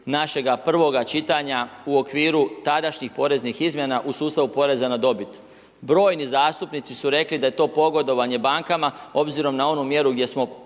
našega prvoga čitanja u okviru tadašnjih poreznih izmjena u sustavu poreza na dobit. Brojni zastupnici su rekli da je to pogodovanje bankama obzirom na onu mjeru gdje smo